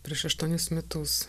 prieš aštuonis metus